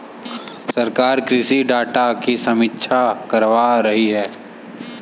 सरकार कृषि डाटा की समीक्षा करवा रही है